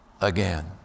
again